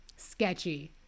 sketchy